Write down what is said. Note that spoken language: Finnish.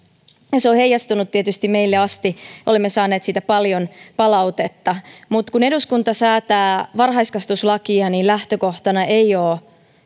ja se on heijastunut tietysti meille asti olemme saaneet siitä paljon palautetta mutta kun eduskunta säätää varhaiskasvatuslakia niin lähtökohtana ei ole